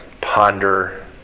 ponder